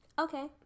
Okay